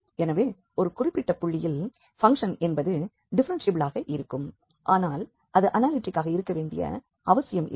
எனவே ஒரு குறிப்பிட்ட புள்ளியில் பங்க்ஷன் என்பது டிஃப்ஃபெரென்ஷியபிளாக இருக்கும் ஆனால் அது அனாலிடிக் ஆக இருக்க வேண்டிய அவசியம் இல்லை